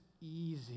easy